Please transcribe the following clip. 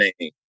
name